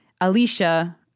Alicia